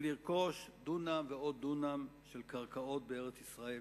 לרכוש דונם ועוד דונם של קרקעות בארץ-ישראל?